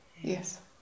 Yes